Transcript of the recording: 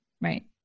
Right